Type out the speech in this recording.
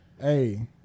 hey